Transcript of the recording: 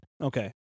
Okay